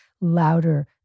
louder